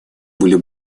были